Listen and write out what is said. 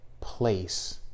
place